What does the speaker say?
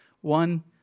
one